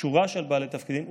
שורה של בעלי תפקידים,